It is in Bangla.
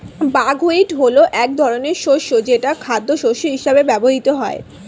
বাকহুইট হলো এক ধরনের শস্য যেটা খাদ্যশস্য হিসেবে ব্যবহৃত হয়